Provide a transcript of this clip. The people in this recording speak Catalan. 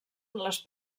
les